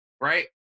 right